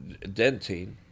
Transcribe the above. dentine